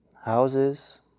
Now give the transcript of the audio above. houses